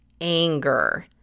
anger